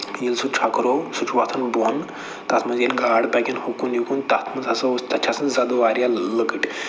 ییٚلہِ سُہ چھٔکرو سُہ چھُ ۅۄتھان بۅن تَتھ منٛز ییٚلہِ گاڈٕ پَکن ہُو کُن یِکُن تَتھ منٛز ہسا اوس تَتہِ چھِ آسان زدٕ واریاہ لۅکٔٹۍ